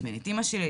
הזמין את אמא שלי,